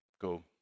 go